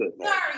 Sorry